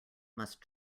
must